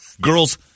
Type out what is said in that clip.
Girls